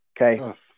Okay